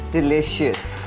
Delicious